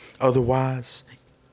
otherwise